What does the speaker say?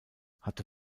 hatte